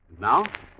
Now